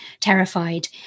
terrified